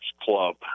Club